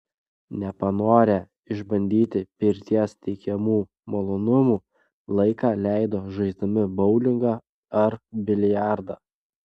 nepanorę išbandyti pirties teikiamų malonumų laiką leido žaisdami boulingą ar biliardą